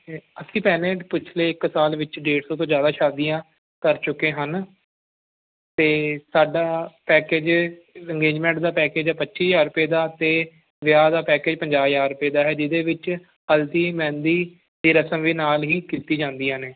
ਅਸੀਂ ਭੈਣੇ ਪਿਛਲੇ ਇੱਕ ਸਾਲ ਵਿੱਚ ਡੇਢ ਸੌ ਤੋਂ ਜ਼ਿਆਦਾ ਸ਼ਾਦੀਆਂ ਕਰ ਚੁੱਕੇ ਹਨ ਅਤੇ ਸਾਡਾ ਪੈਕੇਜ ਇੰਗੇਜਮੈਂਟ ਦਾ ਪੈਕੇਜ ਆ ਪੱਚੀ ਹਜ਼ਾਰ ਰੁਪਏ ਦਾ ਅਤੇ ਵਿਆਹ ਦਾ ਪੈਕਜ ਪੰਜਾਹ ਹਜ਼ਾਰ ਰੁਪਏ ਦਾ ਹੈ ਜਿਹਦੇ ਵਿੱਚ ਹਲਦੀ ਮਹਿੰਦੀ ਦੀ ਰਸਮ ਵੀ ਨਾਲ ਹੀ ਕੀਤੀ ਜਾਂਦੀਆਂ ਨੇ